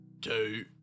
two